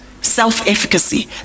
self-efficacy